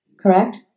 Correct